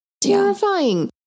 terrifying